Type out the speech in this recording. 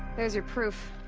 there's your proof.